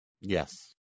Yes